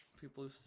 people